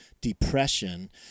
depression